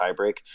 tiebreak